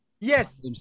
Yes